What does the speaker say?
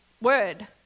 word